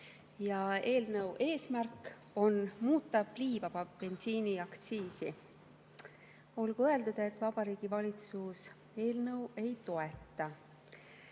Eelnõu eesmärk on muuta pliivaba bensiini aktsiisi. Olgu öeldud, et Vabariigi Valitsus eelnõu ei toeta.